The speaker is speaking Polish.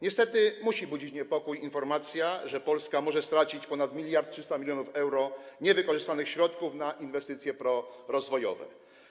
Niestety musi budzić niepokój informacja, że Polska może stracić ponad 1300 mln euro niewykorzystanych środków na inwestycje prorozwojowe.